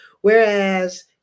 whereas